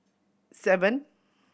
seven